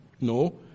No